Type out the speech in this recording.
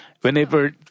Whenever